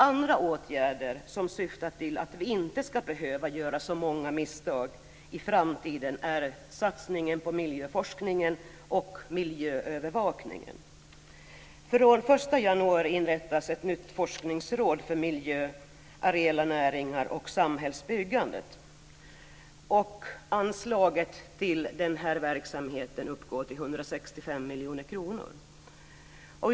Andra åtgärder som syftar till att vi inte ska behöva göra så många misstag i framtiden är satsning på miljöforskning och miljöövervakning. Från den 1 januari inrättas ett nytt forskningsråd för miljö, areella näringar och samhällsbyggande. Anslaget till den här verksamheten uppgår till 165 miljoner kronor.